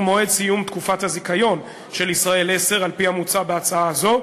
הוא מועד סיום תקופת הזיכיון של "ישראל 10" על-פי המוצע בהצעה זו,